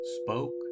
spoke